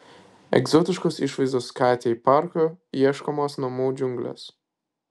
egzotiškos išvaizdos katei parku ieškomos namų džiunglės